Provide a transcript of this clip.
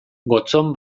gotzon